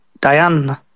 Diane